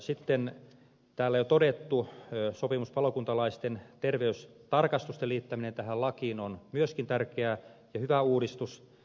sitten täällä jo todettu sopimuspalokuntalaisten terveystarkastusten liittäminen tähän lakiin on myöskin tärkeä ja hyvä uudistus